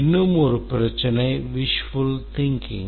இன்னும் ஒரு பிரச்சினை wishful thinking